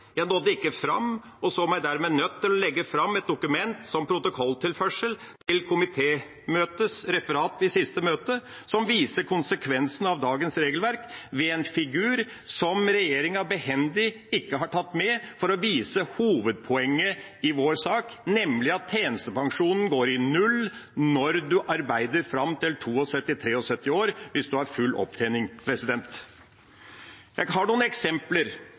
jeg nådde ikke fram og så meg dermed nødt til å legge fram et dokument – som en protokolltilførsel til komiteens referat fra det siste møtet, som viser konsekvensene av dagens regelverk ved en figur som regjeringa behendig ikke har tatt med – for å vise hovedpoenget i vår sak, nemlig at tjenestepensjonen går i null når en arbeider fram til en er 72–73 år, hvis en har full opptjening. Jeg har noen eksempler: